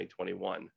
2021